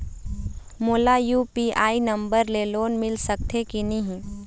मोला UPI number ले loan मिल सकथे कि नहीं?